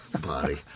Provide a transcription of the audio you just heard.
body